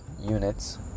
units